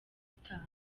itanu